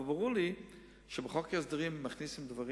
ברור לי שלחוק ההסדרים מכניסים דברים